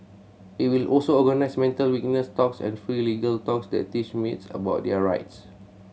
it will also organise mental wellness talks and free legal talks that teach maids about their rights